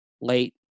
late